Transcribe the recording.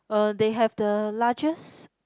uh they have the largest